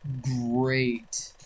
great